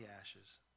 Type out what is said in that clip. ashes